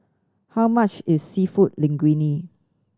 how much is Seafood Linguine